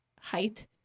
height